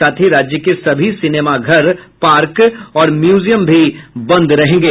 साथ ही राज्य के सभी सिनेमाघर पार्क और म्यूजियम भी बंद रहेंगे